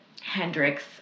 Hendrix